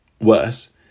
Worse